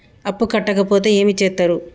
అప్పు కట్టకపోతే ఏమి చేత్తరు?